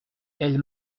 elle